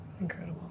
Incredible